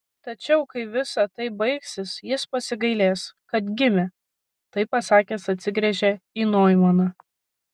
tačiau kai visa tai baigsis jis pasigailės kad gimė tai pasakęs atsigręžė į noimaną